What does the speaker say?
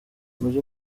muri